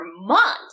months